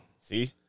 See